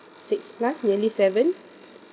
six plus nearly seven